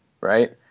right